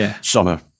summer